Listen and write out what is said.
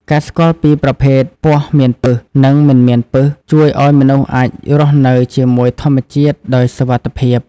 ការស្គាល់ពីប្រភេទពស់មានពិស និងមិនមានពិស ជួយឱ្យមនុស្សអាចរស់នៅជាមួយធម្មជាតិដោយសុវត្ថិភាព។